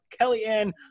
Kellyanne